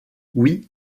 oui